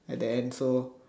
at the end so